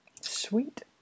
Sweet